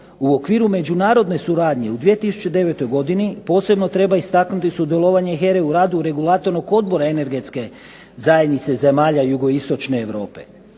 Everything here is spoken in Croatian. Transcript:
U okviru međunarodne suradnje u 2009. godini posebno treba istaknuti sudjelovanje HERA-e u radu regulatornog odbora energetske zajednice zemalja jugoistočne Europe.